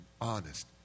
honest